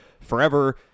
forever